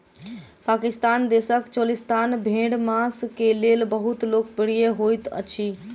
पाकिस्तान देशक चोलिस्तानी भेड़ मांस के लेल बहुत लोकप्रिय होइत अछि